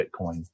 Bitcoin